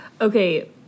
Okay